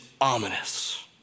ominous